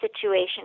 situation